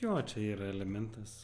jo čia yra elementas